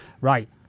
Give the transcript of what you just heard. Right